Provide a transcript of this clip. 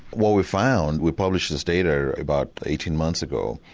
what we found, we published this data about eighteen months ago,